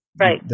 Right